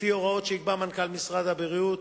לפי הוראות שיקבע מנכ"ל משרד הבריאות.